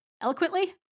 eloquently